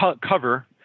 cover